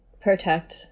protect